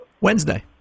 Wednesday